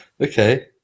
Okay